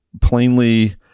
plainly